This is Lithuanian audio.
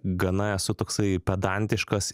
gana esu toksai pedantiškas